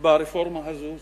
ברפורמה הזאת.